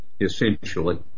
essentially